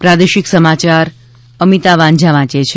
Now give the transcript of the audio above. પ્રાદેશિક સમાયાર અમિતા વાંઝા વાંચે છે